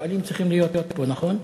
השואלים צריכים להיות פה, נכון?